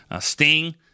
Sting